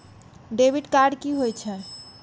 Debit card की होय छे?